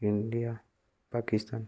India Pakistan